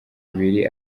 ibiri